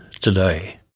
today